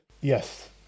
Yes